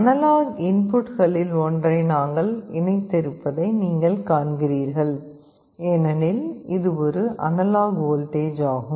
analogue இன்புட்களில் ஒன்றை நாங்கள் இணைத்திருப்பதை நீங்கள் காண்கிறீர்கள் ஏனெனில் இது ஒரு அனலாக் வோல்டேஜ் ஆகும்